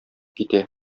китә